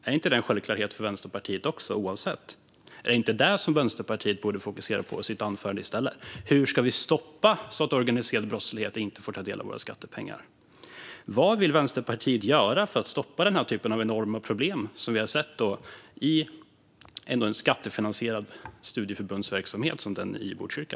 Är det inte också en självklarhet för Vänsterpartiet, oavsett var pengarna kommer ifrån? Är det inte det som Vänsterpartiet borde fokusera på i sitt anförande i stället? Hur ska vi stoppa att organiserad brottslighet får ta del av våra skattepengar? Vad vill Vänsterpartiet göra för att stoppa den typen av enorma problem som vi har sett i ett skattefinansierat studieförbunds verksamhet som den i Botkyrka?